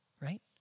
right